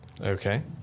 Okay